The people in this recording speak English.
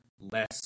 less